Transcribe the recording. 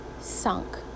sunk